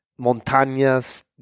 Montañas